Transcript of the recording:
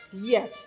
yes